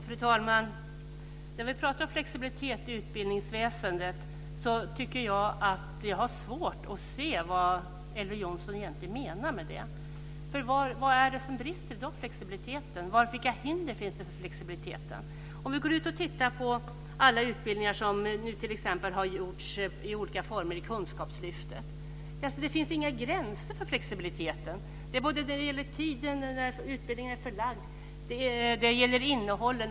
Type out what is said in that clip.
Fru talman! När vi pratar om flexibilitet i utbildningsväsendet har jag svårt att se vad Elver Jonsson egentligen menar. Vad är det som brister i flexibiliteten i dag? Vilka hinder finns det för flexibiliteten? Vi kan titta t.ex. på alla utbildningar som har getts i olika former i Kunskapslyftet. Det finns inga gränser för flexibiliteten. Det gäller tiden utbildningen är förlagd till. Det gäller innehållet.